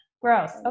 Gross